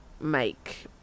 make